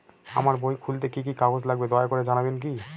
আমার বই খুলতে কি কি কাগজ লাগবে দয়া করে জানাবেন কি?